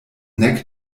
nek